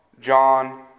John